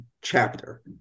chapter